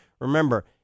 Remember